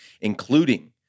including